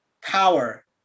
power